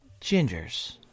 Ginger's